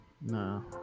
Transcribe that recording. No